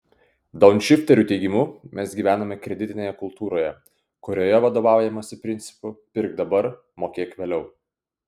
daunšifterių teigimu mes gyvename kreditinėje kultūroje kurioje vadovaujamasi principu pirk dabar mokėk vėliau